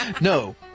No